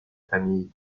famille